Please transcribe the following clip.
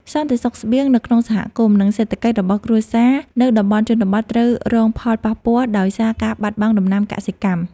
សន្តិសុខស្បៀងនៅក្នុងសហគមន៍ និងសេដ្ឋកិច្ចរបស់គ្រួសារនៅតំបន់ជនបទត្រូវរងផលប៉ះពាល់ដោយសារការបាត់បង់ដំណាំកសិកម្ម។